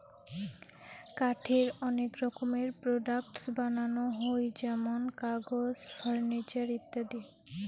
কাঠের অনেক রকমের প্রোডাক্টস বানানো হই যেমন কাগজ, ফার্নিচার ইত্যাদি